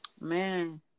Man